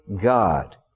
God